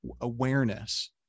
awareness